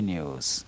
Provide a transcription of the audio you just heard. News